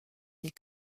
des